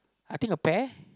I think a pear